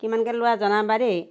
কিমানকৈ লোৱা জনাবা দেই